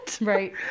Right